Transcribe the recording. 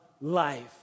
life